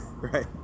right